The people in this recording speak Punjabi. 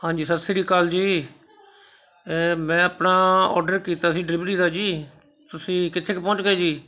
ਹਾਂਜੀ ਸਤਿ ਸ਼੍ਰੀ ਅਕਾਲ ਜੀ ਮੈਂ ਆਪਣਾ ਔਡਰ ਕੀਤਾ ਸੀ ਡਿਲੀਵਰੀ ਦਾ ਜੀ ਤੁਸੀਂ ਕਿੱਥੇ ਕੁ ਪਹੁੰਚ ਗਏ ਜੀ